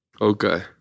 Okay